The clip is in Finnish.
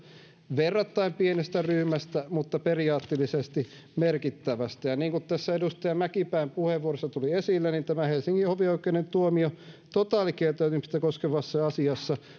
verrattain pienestä ryhmästä mutta periaatteellisesti merkittävästä niin kuin tässä edustaja mäkipään puheenvuorossa tuli esille tämä helsingin hovioikeuden tuomio totaalikieltäytymistä koskevassa asiassa